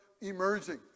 emerging